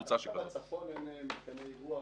דווקא בצפון אין מתקני אירוח?